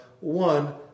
one